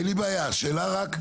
השאלה רק,